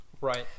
Right